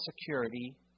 security